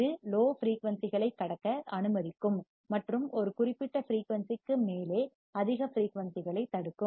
இது குறைந்த லோ ஃபிரீயூன்சிகளைக் கடக்க அனுமதிக்கும் மற்றும் ஒரு குறிப்பிட்ட ஃபிரீயூன்சிற்கு மேலே அதிக ஃபிரீயூன்சிகளைத் தடுக்கும்